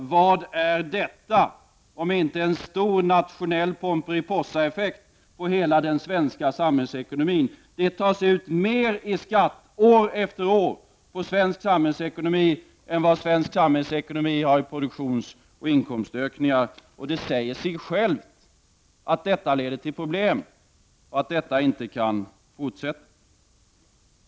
Vad är detta, om inte en stor nationell Pomperipossaeffekt på hela den svenska samhällsekonomin? År efter år tas det ut mer i skatt av svensk samhällsekonomi än vad svensk samhällsekonomi får i produktionsoch inkomstökningar. Det säger sig självt att detta leder till problem och att detta inte kan fortsätta.